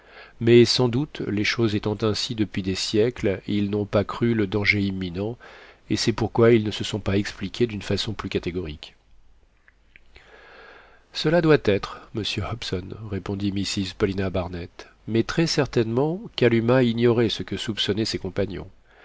mais sans doute les choses étant ainsi depuis des siècles ils n'ont pas cru le danger imminent et c'est pourquoi ils ne se sont pas expliqués d'une façon plus catégorique cela doit être monsieur hobson répondit mrs paulina barnett mais très certainement kalumah ignorait ce que soupçonnaient ses compagnons